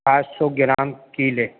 سات سو گرام کیلیں